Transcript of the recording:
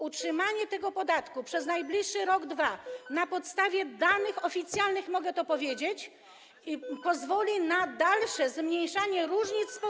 Utrzymanie tego podatku przez najbliższy rok, przez 2 lata - na podstawie danych oficjalnych mogę to powiedzieć - pozwoli na dalsze zmniejszanie różnic społecznych.